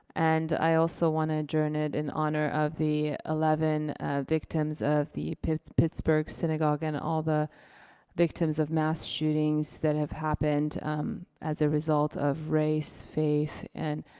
and i also want to adjourn it in honor of the eleven victims of the pittsburgh pittsburgh synagogue and all the victims of mass shootings that have happened as a result of race, faith and